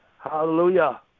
Hallelujah